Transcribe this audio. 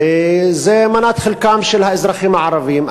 וזו מנת חלקם של האזרחים הערבים.